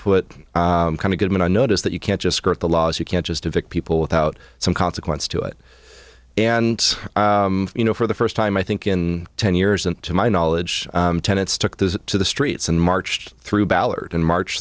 put kind of goodman on notice that you can't just skirt the laws you can't just evictee people without some consequence to it and you know for the first time i think in ten years and to my knowledge tenants took this to the streets and marched through ballard and march